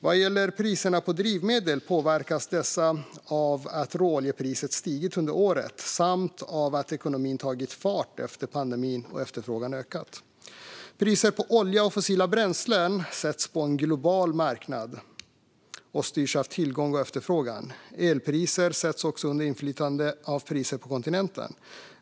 Vad gäller priserna på drivmedel påverkas dessa av att råoljepriset stigit under året samt av att ekonomin har tagit fart efter pandemin och efterfrågan ökat. Priser på olja och fossila bränslen sätts på en global marknad och styrs av tillgång och efterfrågan. Elpriser sätts också under inflytande av priser på kontinenten.